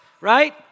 right